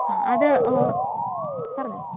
അത് പറഞ്ഞോ